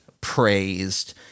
praised